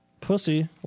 Pussy